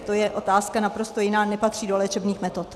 To je otázka naprosto jiná, nepatří do léčebných metod.